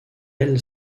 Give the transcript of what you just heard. elle